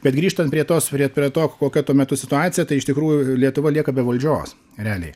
bet grįžtant prie tos prie prie to kokia tuo metu situacija tai iš tikrųjų lietuva lieka be valdžios realiai